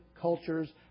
cultures